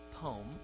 poem